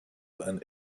and